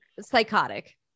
Psychotic